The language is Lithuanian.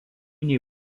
nei